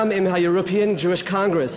גם עם ה-European Jewish Congress,